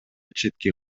четке